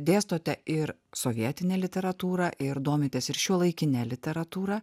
dėstote ir sovietinę literatūrą ir domitės ir šiuolaikine literatūra